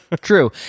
True